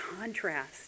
contrast